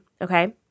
okay